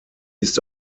ist